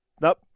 Nope